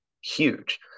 huge